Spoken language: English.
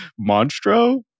monstro